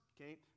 Okay